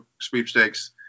sweepstakes